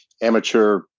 amateur